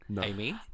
Amy